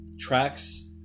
tracks